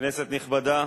כנסת נכבדה,